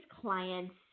clients